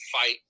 fight